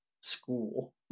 school